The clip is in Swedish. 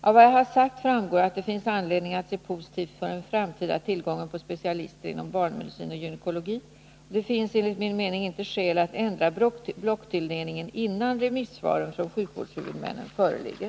Av vad jag har sagt framgår att det finns anledning att se positivt på den framtida tillgången på specialister inom barnmedicin och gynekologi. Det finns enligt min mening inte skäl att ändra blocktilldelningen innan remissvaren från sjukvårdshuvudmännen föreligger.